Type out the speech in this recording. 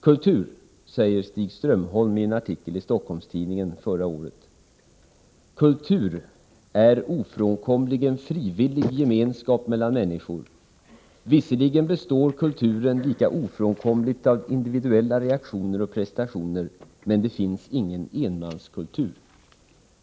Kultur, säger Stig Strömholm i en artikel i Stockholms-Tidningen förra året, är ofrånkomligen frivillig gemenskap mellan människor. Visserligen består kulturen lika ofrånkomligt av individuella reaktioner och prestationer, men det finns ingen enmanskultur.